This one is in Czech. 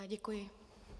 Děkuji.